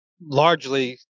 largely